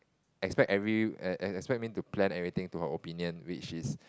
expect every err expect me to plan everything to her opinion which is